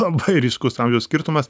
labai ryškus amžiaus skirtumas